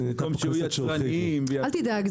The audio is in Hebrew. אל תדאג.